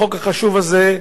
בחוק החשוב הזה,